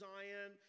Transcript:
Zion